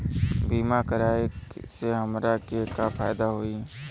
बीमा कराए से हमरा के का फायदा होई?